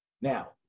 Now